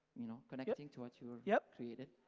you know, connecting, to what you're yeah created.